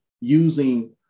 using